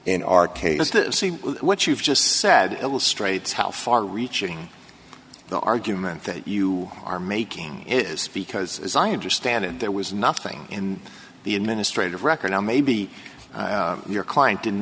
in our case to see what you've just said illustrates how far reaching the argument that you are making is because as i understand it there was nothing in the administrative record now maybe your client didn't